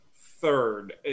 third